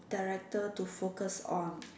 director to focus on